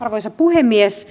arvoisa puhemies